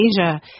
Asia